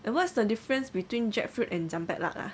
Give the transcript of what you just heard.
and what's the difference between jackfruit and cempedak ah